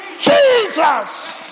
Jesus